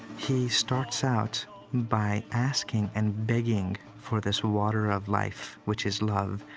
he starts out by asking and begging for this water of life, which is love,